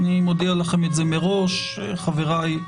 אני מודיע לכם את זה מראש, חבריי.